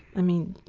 i mean,